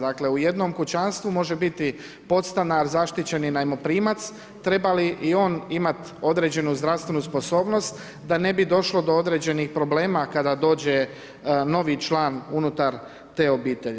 Dakle, u jednom kućanstvu može biti podstanar, zaštićeni najmoprimac, treba li i on imati određenu zdravstvenu sposobnost, da ne bi došlo do određenih problema, kada dođe novi član unutar te obitelji.